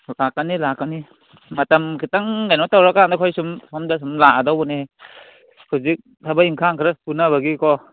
ꯂꯥꯛꯀꯅꯤ ꯂꯥꯛꯀꯅꯤ ꯃꯇꯝ ꯈꯤꯇꯪ ꯀꯩꯅꯣ ꯇꯧꯔꯀꯥꯟꯗ ꯑꯩꯈꯣꯏ ꯁꯨꯝ ꯁꯣꯝꯗ ꯁꯨꯝ ꯂꯥꯛꯑꯗꯧꯕꯅꯦ ꯍꯧꯖꯤꯛ ꯊꯕꯛ ꯏꯪꯈꯥꯡ ꯈꯔ ꯁꯨꯅꯕꯒꯤꯀꯣ